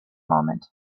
moment